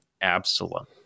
Absalom